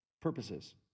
purposes